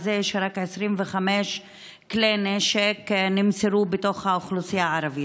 רק 25 כלי נשק נמסרו בתוך האוכלוסייה הערבית.